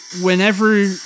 Whenever